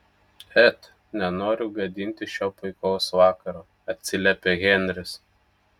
et nenoriu gadinti šio puikaus vakaro atsiliepė henris